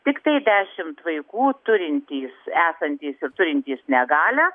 tiktai dešim vaikų turintys esantys ir turintys negalią